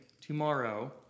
tomorrow